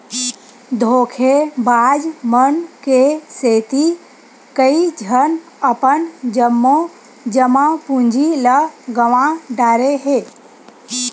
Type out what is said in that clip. धोखेबाज मन के सेती कइझन अपन जम्मो जमा पूंजी ल गंवा डारे हे